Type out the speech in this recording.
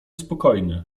spokojny